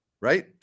Right